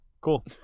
Cool